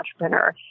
entrepreneur